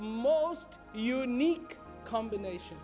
most unique combination